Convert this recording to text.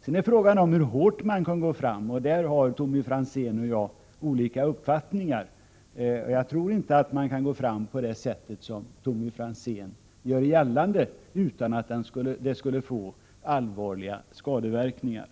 Sedan är det fråga om hur hårt man kan gå fram. På den punkten har Tommy Franzén och jag olika uppfattningar. Jag tror inte att vi kan gå fram på det sätt som Tommy Franzén gör gällande utan att det skulle få allvarliga skadeverkningar.